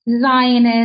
Zionist